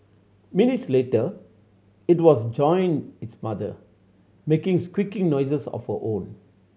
minutes later it was joined its mother making squeaky noises of her own